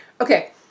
Okay